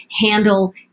handle